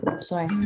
sorry